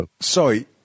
sorry